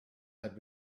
had